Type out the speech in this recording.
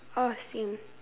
oh same